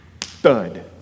thud